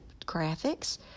graphics